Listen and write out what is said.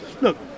Look